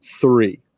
three